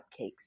cupcakes